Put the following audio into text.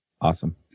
Awesome